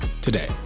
today